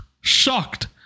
Shocked